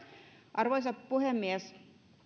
arvoisa puhemies